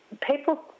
people